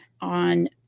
On